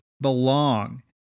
belong